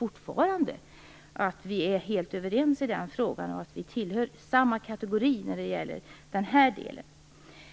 Jag tror att vi är helt överens i den frågan och att vi tillhör samma kategori när det gäller denna del.